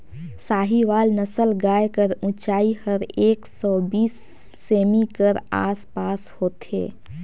साहीवाल नसल गाय कर ऊंचाई हर एक सौ बीस सेमी कर आस पास होथे